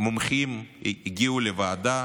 מומחים הגיעו לוועדה,